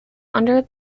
under